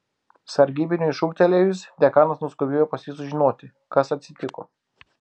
sargybiniui šūktelėjus dekanas nuskubėjo pas jį sužinoti kas atsitiko